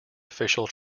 official